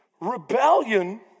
Rebellion